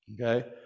okay